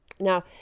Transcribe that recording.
Now